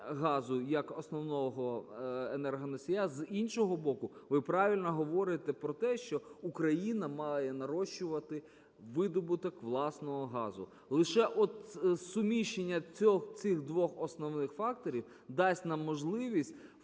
як основного енергоносія. З іншого боку, ви правильно говорите про те, що Україна має нарощувати видобуток власного газу. Лише суміщення цих двох основних факторів дасть нам можливість